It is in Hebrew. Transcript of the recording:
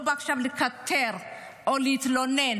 אני לא באה עכשיו לקטר או להתלונן.